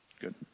Good